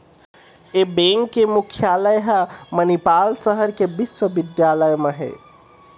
ए bank के मुख्यालय ह मनिपाल सहर के बिस्वबिद्यालय म हे